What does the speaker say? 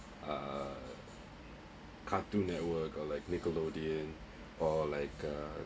uh cartoon network or like nickelodeon or like uh